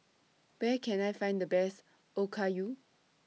Where Can I Find The Best Okayu